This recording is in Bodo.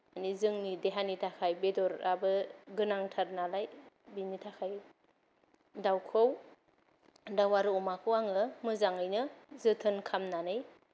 जोंनि देहानि थाखाय बेदराबो गोनांथार नालाय बेनि थाखाय दाउखौ दाउ आरो अमाखौ आङो मोजाङैनो जोथोन खालामनानै